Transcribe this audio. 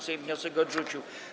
Sejm wniosek odrzucił.